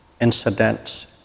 incidents